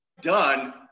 done